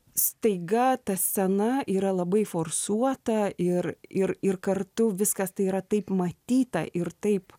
staiga ta scena yra labai forsuota ir ir ir kartu viskas tai yra taip matyta ir taip